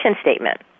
statement